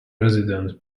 resident